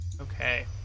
Okay